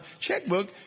checkbook